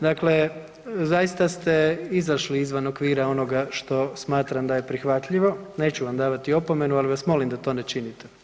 Dakle, zaista ste izašli izvan okvira onoga što smatram da je prihvatljivo, neću vam davati opomenu, ali vas molim da to ne činite.